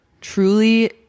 truly